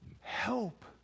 Help